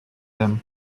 them